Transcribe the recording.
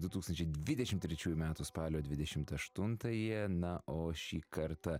du tūkstančiai dvidešim trečiųjų metų spalio dvidešimt aštuntąją na o šį kartą